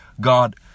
God